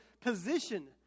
position